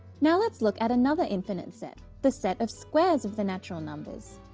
now let's look at another infinite set the set of squares of the natural numbers.